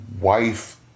wife